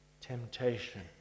temptation